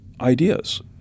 ideas